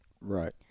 Right